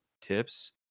tips